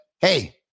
hey